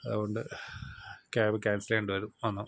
അതുകൊണ്ട് cab cancel ചെയ്യേണ്ട വരും ഒന്ന്